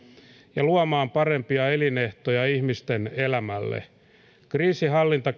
ja luomaan parempia elinehtoja ihmisten elämälle kriisinhallinta